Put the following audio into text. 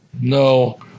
No